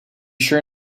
sure